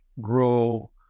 grow